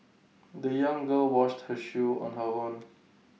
the young girl washed her shoe on her own